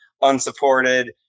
unsupported